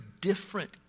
different